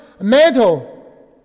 metal